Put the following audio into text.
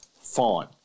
fine